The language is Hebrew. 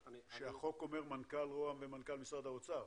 החוק אומר מנכ"ל ראש הממשלה ומנכ"ל משרד האוצר?